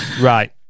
right